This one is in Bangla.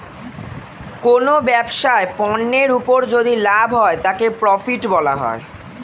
কোনো ব্যবসায় পণ্যের উপর যদি লাভ হয় তাকে প্রফিট বলা হয়